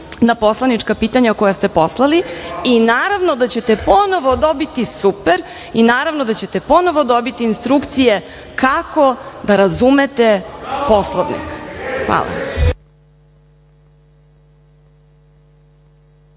na poslanička pitanja koja ste poslali i naravno da ćete ponovo dobiti, super, i naravno da ćete ponovo dobiti instrukcije kako da razumete Poslovnik. Hvala.